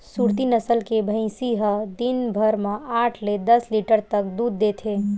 सुरती नसल के भइसी ह दिन भर म आठ ले दस लीटर तक दूद देथे